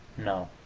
no.